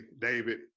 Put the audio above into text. David